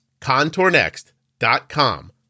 ContourNext.com